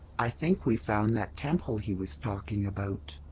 i think we found that temple he was talking about.